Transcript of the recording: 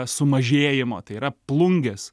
sumažėjimo tai yra plungės